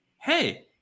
hey